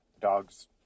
dogs